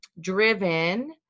driven